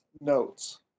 notes